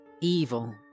evil